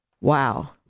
Wow